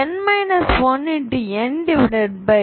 2n 2